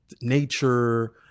nature